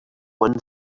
one